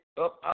up